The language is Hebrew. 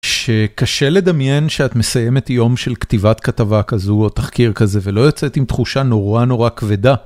שקשה לדמיין שאת מסיימת יום של כתיבת כתבה כזו או תחקיר כזה ולא יוצאת עם תחושה נורא נורא כבדה.